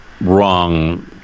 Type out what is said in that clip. wrong